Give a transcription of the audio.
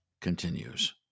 continues